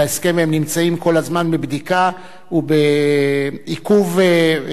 הם נמצאים כל הזמן בבדיקה ובעיקוב צמוד.